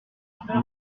arrive